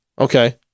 Okay